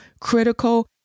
critical